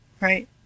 right